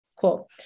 Cool